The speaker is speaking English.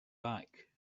back